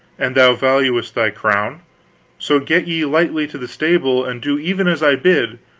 an thou valuest thy crown so get ye lightly to the stable and do even as i bid.